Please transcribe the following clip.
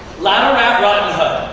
ladle rat rotten hut.